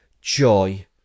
joy